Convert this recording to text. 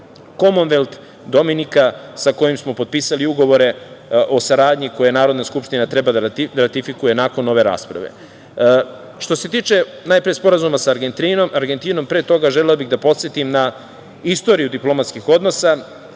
Komonvelt Dominika, sa kojima smo potpisali ugovore o saradnji koje Narodna skupština treba da ratifikuje nakon ove rasprave. Što se tiče najpre sporazuma sa Argentinom, pre toga želeo bih da podsetim na istoriju diplomatskih odnosa.